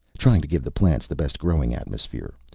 trying to give the plants the best growing atmosphere.